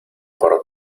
por